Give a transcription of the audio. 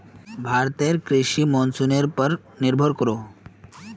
भारतीय कृषि मोंसूनेर पोर निर्भर करोहो